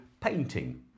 painting